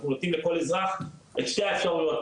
אנחנו נותנים לכל אזרח את שתי האפשריות,